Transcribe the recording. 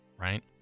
right